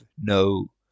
no